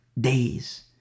days